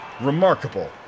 Remarkable